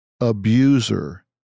Abuser